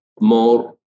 more